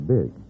Big